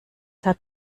hat